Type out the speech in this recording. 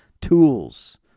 tools